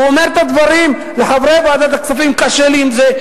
הוא אומר את הדברים לחברי ועדת הכספים: קשה לי עם זה,